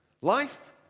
Life